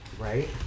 Right